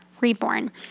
reborn